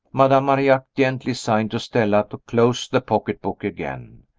madame marillac gently signed to stella to close the pocketbook again.